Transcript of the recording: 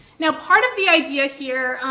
now, part of the idea here,